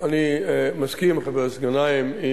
חבר הכנסת גנאים,